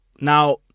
Now